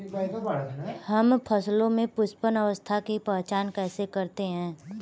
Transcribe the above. हम फसलों में पुष्पन अवस्था की पहचान कैसे करते हैं?